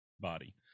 body